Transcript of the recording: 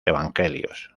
evangelios